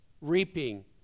reaping